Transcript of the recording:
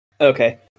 Okay